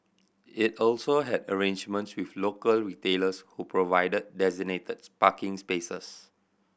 it also had arrangements with local retailers who provided designated parking spaces